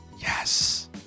Yes